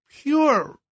pure